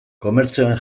komertzioen